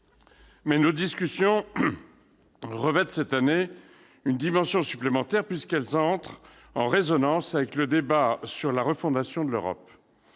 Mais nos discussions revêtent cette année une dimension supplémentaire, puisqu'elles entrent en résonance avec le débat sur la refondation de l'Europe.